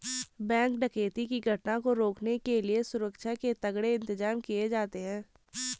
bank डकैती की घटना को रोकने के लिए सुरक्षा के तगड़े इंतजाम किए जाते हैं